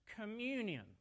communion